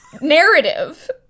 narrative